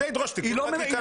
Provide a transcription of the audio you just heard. זה ידרוש תיקון חקיקה.